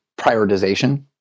prioritization